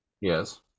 yes